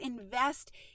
invest